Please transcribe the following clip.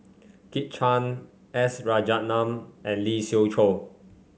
Kit Chan S Rajaratnam and Lee Siew Choh